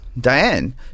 Diane